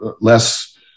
less